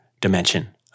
dimension